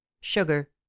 sugar